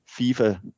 FIFA